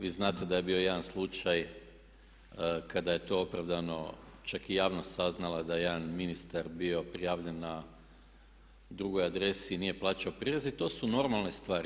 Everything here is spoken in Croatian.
Vi znate da je bio jedan slučaj kada je to opravdano čak i javnost saznala da je jedan ministar bio prijavljen na drugoj adresi i nije plaćao prireze i to su normalne stvari.